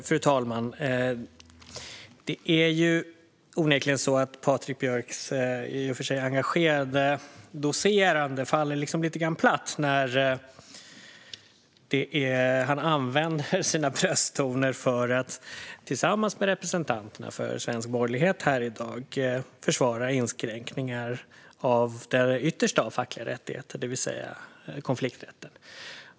Fru talman! Det är onekligen så att Patrik Björcks i och för sig engagerande docerande faller lite grann platt när han använder sina brösttoner för att tillsammans med representanterna för svensk borgerlighet här i dag försvara inskränkningar av den yttersta av fackliga rättigheter, det vill säga konflikträtten.